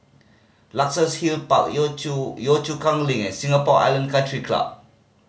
Luxus Hill Park Yio Chu Yio Chu Kang Link and Singapore Island Country Club